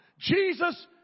Jesus